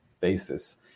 basis